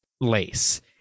lace